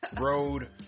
Road